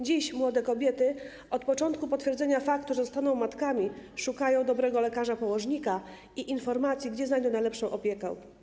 Dziś młode kobiety od początku potwierdzenia faktu, że zostaną matkami, szukają dobrego lekarza położnika i informacji, gdzie znajdą najlepszą opiekę.